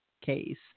case